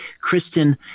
Kristen